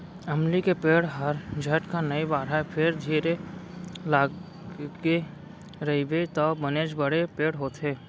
अमली के पेड़ हर झटकन नइ बाढ़य फेर धीर लगाके रइबे तौ बनेच बड़े पेड़ होथे